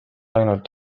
ainult